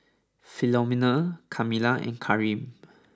Philomene Kamilah and Kareem